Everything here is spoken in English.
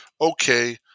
Okay